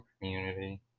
community